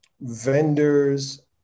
vendors